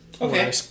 okay